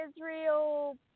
Israel